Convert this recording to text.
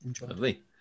Lovely